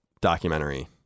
documentary